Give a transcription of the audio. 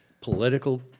political